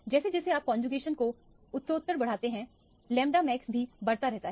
जैसे जैसे आप कौनजूगेशन को उत्तरोत्तर बढ़ाते हैं लैम्बडा मैक्स भी बढ़ता रहता है